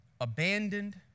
abandoned